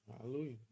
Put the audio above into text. Hallelujah